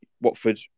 Watford